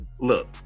look